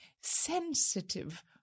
sensitive